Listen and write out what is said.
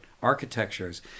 architectures